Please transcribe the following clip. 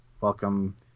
welcome